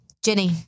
Jenny